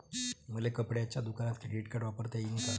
मले कपड्याच्या दुकानात क्रेडिट कार्ड वापरता येईन का?